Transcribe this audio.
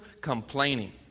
complaining